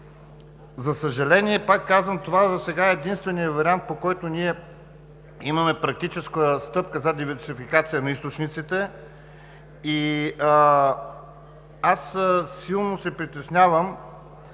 За съжаление, пак казвам, това засега е единственият вариант, по който ние имаме практическа стъпка за диверсификация на източниците и аз силно се притеснявам,